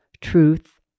Truth